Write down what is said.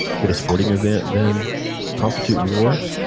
would a sporting event then constitute war?